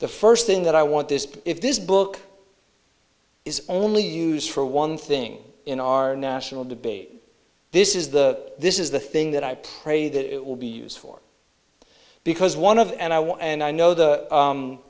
the first thing that i want this if this book is only used for one thing in our national debate this is the this is the thing that i pray that it will be used for because one of and i want to and i know the